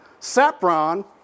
sapron